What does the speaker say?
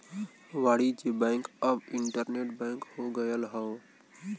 वाणिज्य बैंक अब internet bank हो गयल हौ